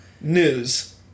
News